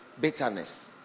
bitterness